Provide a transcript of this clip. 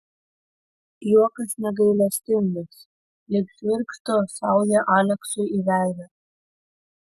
juokas negailestingas lyg žvirgždo sauja aleksiui į veidą